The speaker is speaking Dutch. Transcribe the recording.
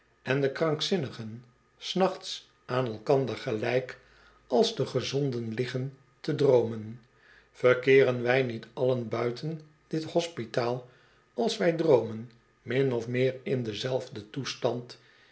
en de krankzinnigen s nachts aan elkander gelijk als de gezonden liggen te droomen verkeeren wij niet allen buiten dit hospitaal als wij droomen min of meer in denzelfden toestand